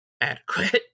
adequate